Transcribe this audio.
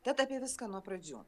tad apie viską nuo pradžių